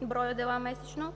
9,69 дела месечно;